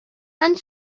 and